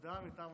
הודעה מטעם